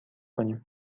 کنیم